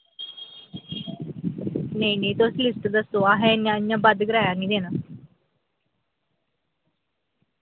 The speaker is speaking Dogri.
नेईं नेईं तुस लिस्ट दस्सो असैं इ'य्यां इ'य्यां बद्ध कराया नी देना